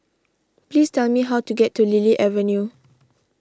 please tell me how to get to Lily Avenue